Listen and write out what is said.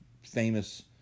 famous